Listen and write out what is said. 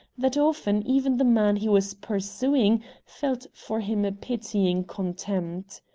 that often even the man he was pursuing felt for him a pitying contempt.